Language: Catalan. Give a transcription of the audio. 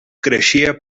creixia